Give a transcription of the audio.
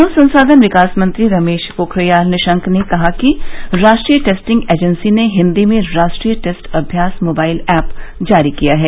मानव संसाधन विकास मंत्री रमेश पोखरियाल निशंक ने कल कहा कि राष्ट्रीय टेस्टिंग एजेंसी ने हिन्दी में राष्ट्रीय टेस्ट अभ्यास मोबाइल ऐप जारी किया है